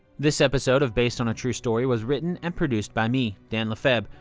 this episode of based on a true story was written and produced by me, dan lefebvre.